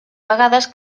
vegades